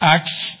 Acts